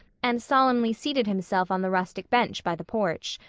and solemnly seated himself on the rustic bench by the porch.